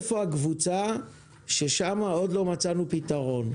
איפה הקבוצה ששם עוד לא מצאנו פתרון.